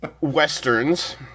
westerns